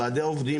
ועדי העובדים,